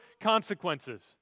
consequences